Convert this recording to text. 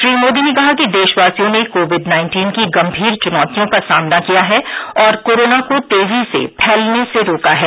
श्री मोदी ने कहा कि देशवासियों ने कोविड नाइन्टीन की गंभीर चुनौतियों का सामना किया है और कोरोना को तेजी से फैलने से रोका है